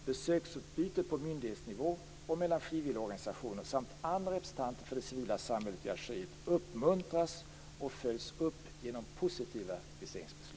Besöksutbytet på myndighetsnivå och mellan frivilligorganisationer samt andra representanter för det civila samhället i Algeriet uppmuntras och följs upp genom positiva viseringsbeslut.